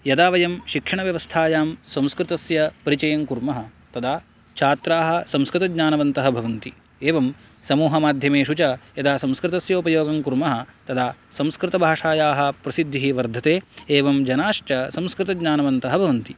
यदा वयं शिक्षणव्यवस्थायां संस्कृतस्य परिचयं कुर्मः तदा छात्राः संस्कृतज्ञानवन्तः भवन्ति एवं समुहमाध्यमेषु च यदा संस्कृतस्य उपयोगं कुर्मः तदा संस्कृतभाषायाः प्रसिद्धिः वर्धते एवं जनाश्च संस्कृतज्ञानवन्तः भवन्ति